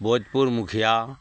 भूतपूर्ब मुखिआ